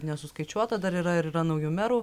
nesuskaičiuota dar yra ir yra naujų merų